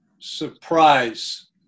surprise